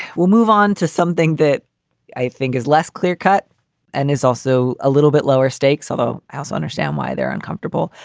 we'll move on to something that i think is less clear cut and is also a little bit lower stakes, although i also understand why they're uncomfortable.